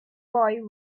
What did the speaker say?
boy